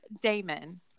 Damon